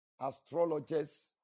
astrologers